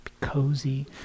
cozy